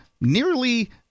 nearly